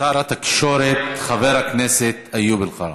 שר התקשורת חבר הכנסת איוב קרא.